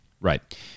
Right